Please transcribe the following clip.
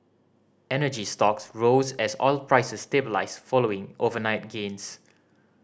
energy stocks rose as oil prices stabilised following overnight gains